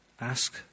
Ask